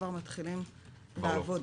כבר מתחילים לעבוד.